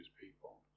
people